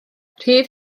rhydd